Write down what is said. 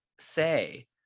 say